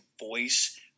voice